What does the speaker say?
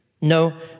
No